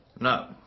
No